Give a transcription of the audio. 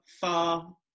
far